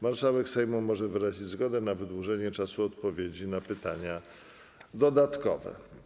Marszałek Sejmu może wyrazić zgodę na wydłużenie czasu odpowiedzi na pytanie dodatkowe.